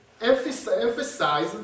emphasize